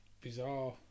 bizarre